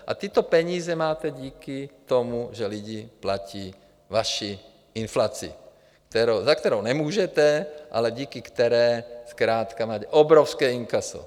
A tyto peníze máte díky tomu, že lidi platí vaši inflaci, za kterou nemůžete, ale díky které zkrátka máte obrovské inkaso.